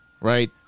right